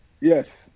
Yes